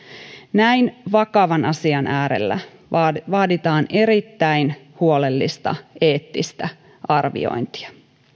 näin vakavan asian äärellä vaaditaan vaaditaan erittäin huolellista eettistä arviointia